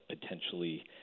potentially